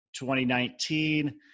2019